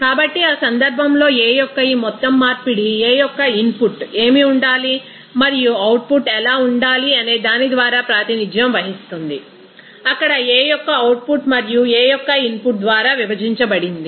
కాబట్టి ఆ సందర్భంలో A యొక్క ఈ మొత్తం మార్పిడి A యొక్క ఇన్పుట్ ఏమి ఉండాలి మరియు అవుట్పుట్ ఎలా ఉండాలి అనేదాని ద్వారా ప్రాతినిధ్యం వహిస్తుంది అక్కడ A యొక్క అవుట్పుట్ మరియు A యొక్క ఇన్పుట్ ద్వారా విభజించబడింది